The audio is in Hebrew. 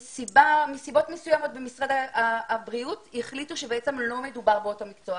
מסיבות מסוימות במשרד הבריאות החליטו שבעצם לא מדובר באותו מקצוע,